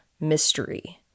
mystery